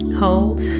hold